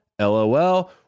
LOL